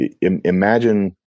imagine